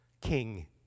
King